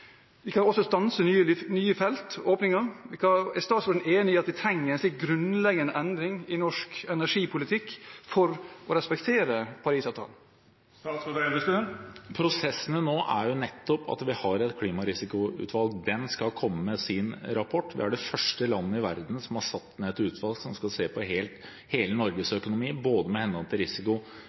Vi kan også stanse åpningen av nye felt. Er statsråden enig i at det trengs en slik grunnleggende endring i norsk energipolitikk for å respektere Parisavtalen? Prosessen nå er jo nettopp at vi har et klimarisikoutvalg som skal komme med sin rapport. Vi er det første landet i verden som har satt ned et slikt utvalg, som skal se på hele Norges økonomi i henhold til både risiko,